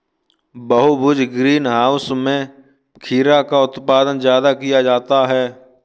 बहुभुज greenhouse में खीरा का उत्पादन ज्यादा किया जाता है